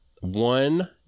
one